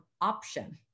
option